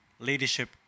leadership